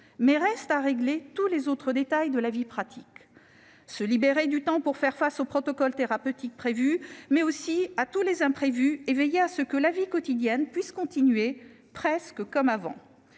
toutefois à régler tous les autres détails de la vie pratique : se libérer du temps pour faire face au protocole thérapeutique prévu, mais aussi à tous les imprévus, et veiller à ce que la vie quotidienne puisse continuer, presque comme avant.